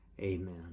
amen